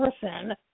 person